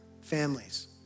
families